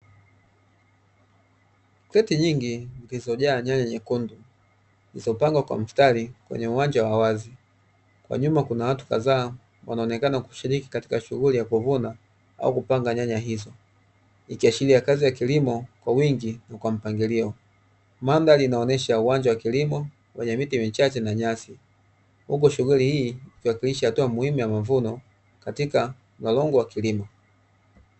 Kreti nyingi zilizojaa nyanya nyekundu zilizopangwa kwa mstari kwenye uwanja wa wazi, kwa nyuma kuna watu kadhaa wanaonekana kushiriki katika shughuli ya kuvuna au kupanga nyanya hizo, ikiashiria kazi ya kilimo kwa wingi na kwa mpangilio. Mandhari inaonyesha uwanja wa kilimo wenye miti michache na nyasi, huku shughuli hii kuhakikisha hatua muhimu ya mavuno katika mlolongo wa kilimo.